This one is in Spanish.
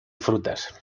frutas